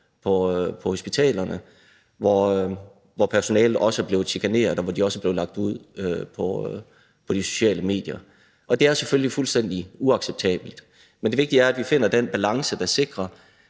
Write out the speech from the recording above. på hospitalerne, hvor personalet også er blevet chikaneret, og hvor de også er blevet hængt ud på de sociale medier, og det er selvfølgelig fuldstændig uacceptabelt. Men det vigtige er, at vi finder den balance, der sikrer,